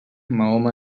mahoma